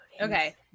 okay